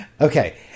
Okay